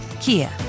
Kia